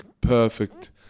perfect